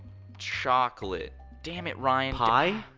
chocolate? damn it, ryan. pie?